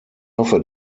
hoffe